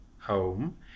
home